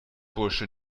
bursche